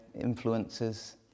influences